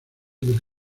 del